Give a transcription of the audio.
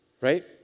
right